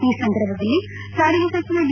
ಈ ಸಂದರ್ಭದಲ್ಲಿ ಸಾರಿಗೆ ಸಚಿವ ಡಿ